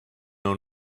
own